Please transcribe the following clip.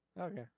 Okay